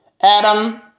Adam